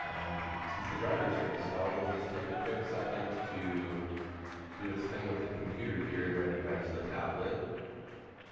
and since the drivers are installed, it'll just take a quick second to do its thing with the computer here and recognize the tablet